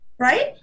Right